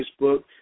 Facebook